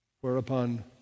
Whereupon